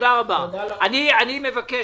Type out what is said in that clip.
אני מבקש